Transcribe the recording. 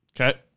Okay